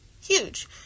huge